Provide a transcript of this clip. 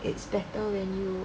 it's better when you